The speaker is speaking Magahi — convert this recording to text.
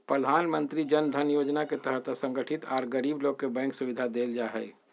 प्रधानमंत्री जन धन योजना के तहत असंगठित आर गरीब लोग के बैंक सुविधा देल जा हई